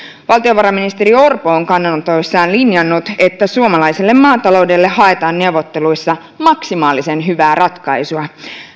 valtiovarainministeri orpo on kannanotoissaan linjannut että suomalaiselle maataloudelle haetaan neuvotteluissa maksimaalisen hyvää ratkaisua